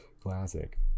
Classic